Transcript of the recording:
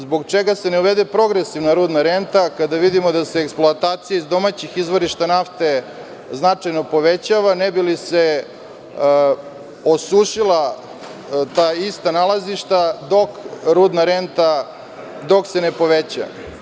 Zbog čega se ne uvede progresivna rudna renta, kada vidimo da se eksploatacije iz domaćih izvorišta nafte značajno povećavaju ne bi li se osušila ta ista nalazišta, dok se rudna renta ne poveća?